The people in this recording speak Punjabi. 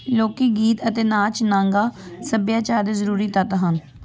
ਲੋਕ ਗੀਤ ਅਤੇ ਨਾਚ ਨਾਗਾ ਸੱਭਿਆਚਾਰ ਦੇ ਜ਼ਰੂਰੀ ਤੱਤ ਹਨ